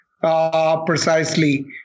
Precisely